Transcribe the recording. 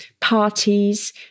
parties